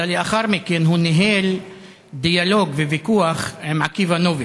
אלא לאחר מכן הוא ניהל דיאלוג וויכוח עם עקיבא נוביק,